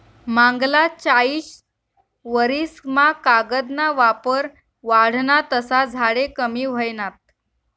मांगला चायीस वरीस मा कागद ना वापर वाढना तसा झाडे कमी व्हयनात